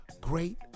great